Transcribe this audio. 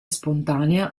spontanea